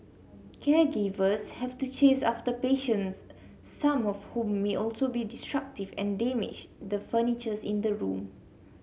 caregivers have to chase after patients some of whom may also be destructive and damage the furnitures in the room